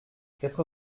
quatre